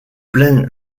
plain